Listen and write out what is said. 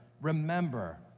remember